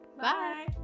Bye